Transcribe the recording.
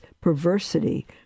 perversity